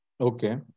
Okay